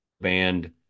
band